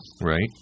Right